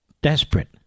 Desperate